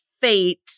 fate